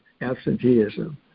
absenteeism